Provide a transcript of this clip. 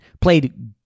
Played